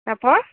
তারপর